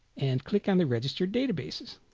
and click on the registered databases